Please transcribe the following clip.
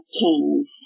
kings